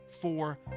four